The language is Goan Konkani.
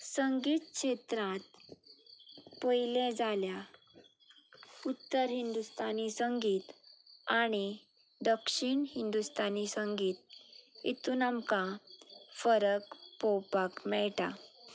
संगीत क्षेत्रांत पयलें जाल्या उत्तर हिंदुस्तानी संगीत आनी दक्षिण हिंदुस्तानी संगीत हितून आमकां फरक पोवपाक मेळटा